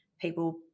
people